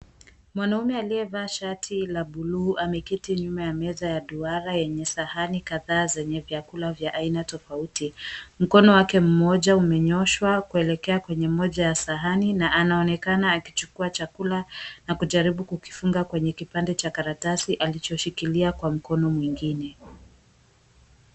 Mwanaume aliyevaa shati la buluu ameketi nyuma ya meza ya duara yenye sahani kadhaa zenye vyakula za aina tofauti. Mkono wake mmoja umenyoshwa kuelekea kwenye moja ya sahani na anaonekana akichukua chakula na kujaribu kukifunga kwenye kipande cha Karatasi alichoshikilia kwa mkono mwengine.